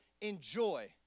enjoy